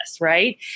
right